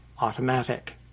automatic